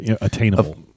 attainable